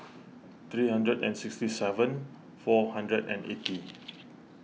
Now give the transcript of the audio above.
three hundred and sixty seven four hundred and eighty